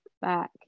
back